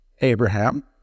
Abraham